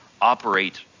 operate